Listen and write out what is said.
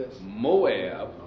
Moab